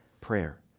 prayer